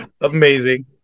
Amazing